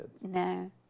No